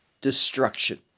destruction